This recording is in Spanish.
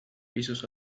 pisos